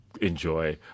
enjoy